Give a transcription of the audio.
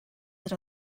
that